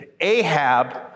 Ahab